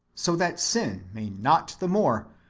so that sin may not the more,